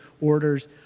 orders